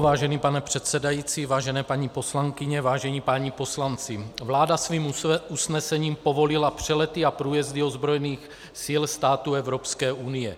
Vážený pane předsedající, vážené paní poslankyně, vážení páni poslanci, vláda svým usnesením povolila přelety a průjezdy ozbrojených sil států Evropské unie.